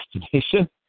destination